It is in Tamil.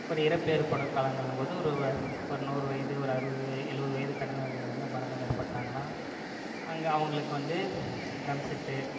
ஒரு இறப்பு ஏற்படும் காலங்களிலும் போது ஒரு ஒரு நூறு வயது ஒரு அறுபது எழுபது வயது கடந்தவங்கள வந்து மரணம் ஏற்பட்டாங்கன்னா அங்கே அவங்களுக்கு வந்து ட்ரம் செட்டு